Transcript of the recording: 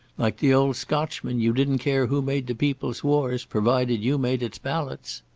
like the old scotchman, you didn't care who made the people's wars provided you made its ballots.